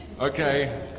Okay